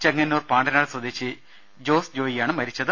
ചെങ്ങന്നൂർ പാണ്ടനാട് സ്വദേശി ജോസ് ജോയിയാണ് മരിച്ചത്